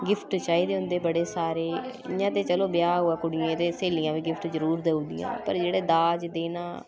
gift चाहिदे होंदे बड़े सारे इ'यां ते चलो ब्याह् होऐ कुड़िये दे स्हेलियां बी गिफ्ट जरूर देई ओड़दियां पर जेह्ड़ा दाज देना